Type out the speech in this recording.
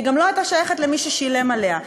והיא גם לא הייתה שייכת למי ששילם עליה.